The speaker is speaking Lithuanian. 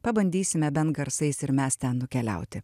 pabandysime bent garsais ir mes ten nukeliauti